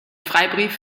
freibrief